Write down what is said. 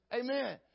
Amen